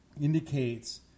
indicates